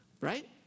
right